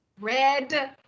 red